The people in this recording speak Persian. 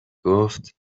گفت